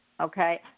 Okay